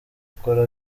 akora